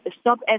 stop